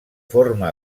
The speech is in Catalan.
forma